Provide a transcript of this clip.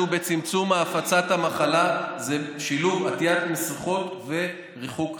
בצמצום הפצת המחלה זה שילוב עטיית מסכות וריחוק חברתי.